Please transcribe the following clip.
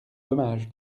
dommage